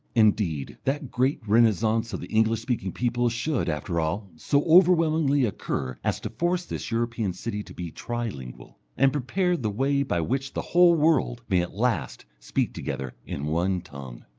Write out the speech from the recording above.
indeed, that great renascence of the english-speaking peoples should, after all, so overwhelmingly occur as to force this european city to be tri-lingual, and prepare the way by which the whole world may at last speak together in one tongue.